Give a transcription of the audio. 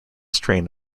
strain